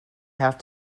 have